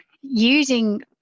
using